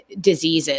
diseases